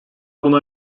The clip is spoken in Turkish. buna